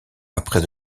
après